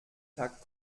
tag